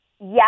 yes